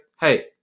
hey